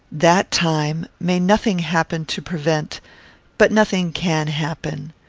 that time may nothing happen to prevent but nothing can happen.